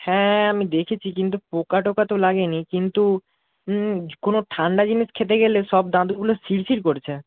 হ্যাঁ আমি দেখেছি কিন্তু পোকা টোকা তো লাগেনি কিন্তু কোনো ঠান্ডা জিনিস খেতে গেলে সব দাঁতগুলো শিরশির করছে